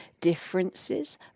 differences